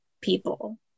people